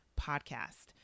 podcast